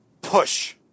push